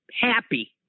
happy